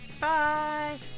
Bye